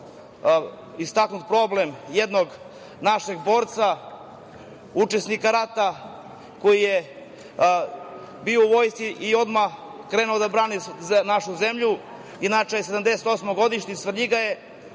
istaknut problem jednog našeg borca učesnika rata koji je bio u vojsci i odmah krenuo da brani našu zemlju. Inače je 1978. godište, iz Svrljiga je,